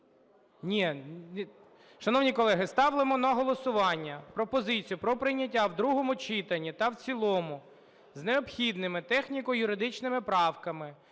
Ні… Шановні колеги, ставимо на голосування пропозицію про прийняття в другому читанні та в цілому з необхідними техніко-юридичними правками